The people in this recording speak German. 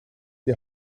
die